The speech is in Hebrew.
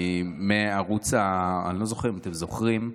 אני לא יודע אם אתם זוכרים,